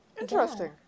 interesting